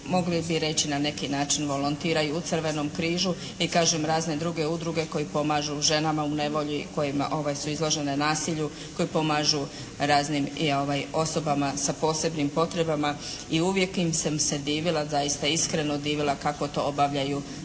mogli bi reći na neki način volontiraju u Crvenom križu i kažem razne druge udruge koje pomažu ženama i nevolji kojima su izložene nasilju, koje pomažu raznim osobama sa posebnim potrebama i uvijek sam im se divila zaista iskreno divila kako to obavljaju sa